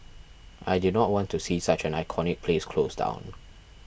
I did not want to see such an iconic place close down